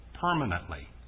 permanently